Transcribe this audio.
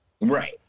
Right